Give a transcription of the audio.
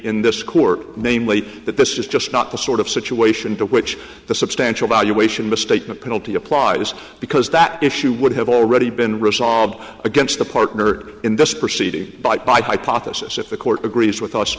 in this court namely that this is just not the sort of situation to which the substantial valuation misstatement penalty applies because that issue would have already been resolved against the partner in this proceeding but by hypothesis if the court agrees with us